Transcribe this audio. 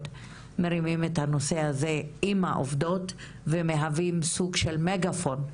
מרימים את הנושא הזה עם העובדות ומרימים סוג של "מגפון"